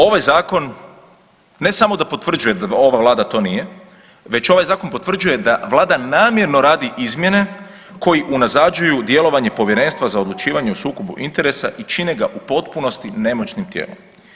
Ovaj zakon ne samo da potvrđuje da ova Vlada to nije, već ovaj zakon potvrđuje da Vlada namjerno radi izmjene koji unazađuju djelovanje Povjerenstva za odlučivanje o sukobu interesa i čine ga u potpunosti nemoćnim tijelom.